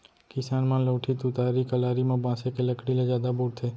किसान मन लउठी, तुतारी, कलारी म बांसे के लकड़ी ल जादा बउरथे